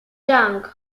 jang